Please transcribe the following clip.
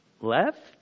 left